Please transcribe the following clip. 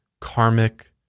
karmic